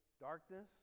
darkness